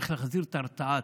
צריך להחזיר את ההרתעה,